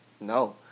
no